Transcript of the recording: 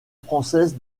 française